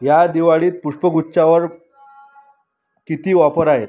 या दिवाळीत पुष्पगुच्छावर किती ऑफर आहे